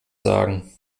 sagen